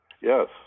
Yes